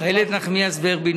איילת נחמיאס ורבין,